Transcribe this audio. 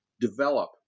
develop